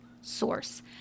source